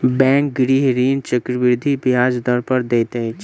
bank गृह ऋण चक्रवृद्धि ब्याज दर पर दैत अछि